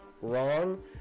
wrong